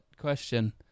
question